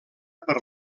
per